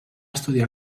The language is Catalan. estudiar